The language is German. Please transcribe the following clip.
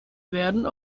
werden